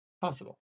possible